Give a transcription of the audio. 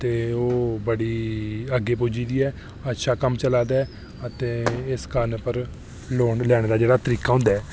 ते ओह् बड़ी अग्गें पुज्जी दी ऐ ते अच्छा कम्म चला दा ऐ ते इस कारण पर लोन लैने दा जेह्ड़ा तरीका होंदा ऐ